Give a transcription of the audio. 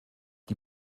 die